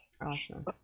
Awesome